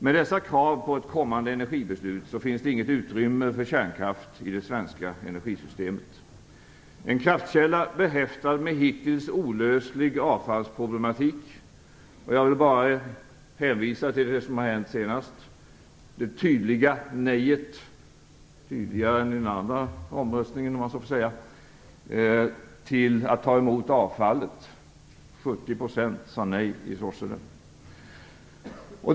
Med dessa krav på ett kommande energibeslut finns det i det svenska energisystemet inget utrymme för kärnkraft, en kraftkälla behäftad med en hittills olöslig avfallsproblematik. Jag vill bara hänvisa till det som har hänt senast: det tydliga nejet - tydligare än i den andra omröstningen, om jag så får uttrycka det - till att ta emot avfallet. 70 % sade nej i Sorsele.